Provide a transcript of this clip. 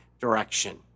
direction